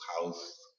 house